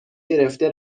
گرفته